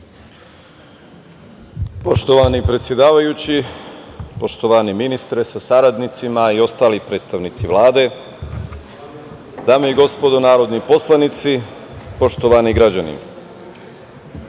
Poštovani predsedavajući, poštovani ministre sa saradnicima i ostali predstavnici Vlade, dame i gospodo narodni poslanici, poštovani građani,